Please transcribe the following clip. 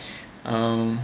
um